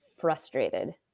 frustrated